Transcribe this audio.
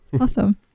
awesome